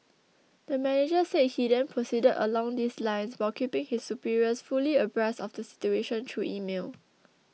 the manager said he then proceeded along these lines while keeping his superiors fully abreast of the situation through email